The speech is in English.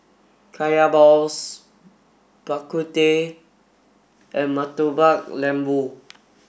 Kaya Balls Bak Kut Teh and Murtabak Lembu